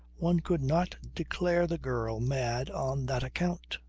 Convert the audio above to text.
one could not declare the girl mad on that account.